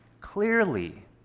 clearly